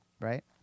right